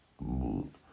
mood